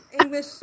English